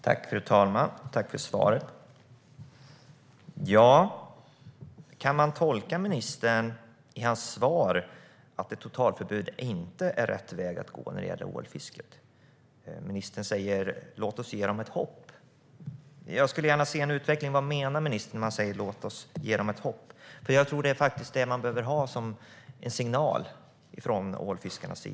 Fru talman! Tack för svaret! Kan man tolka ministerns svar att ett totalförbud inte är rätt väg att gå när det gäller ålfisket? Ministern säger att vi ska ge fiskarna ett hopp. Jag skulle vilja se en utveckling. Vad menar ministern när han säger att vi ska ge dem hopp? Den signalen behöver ålfiskarna.